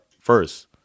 first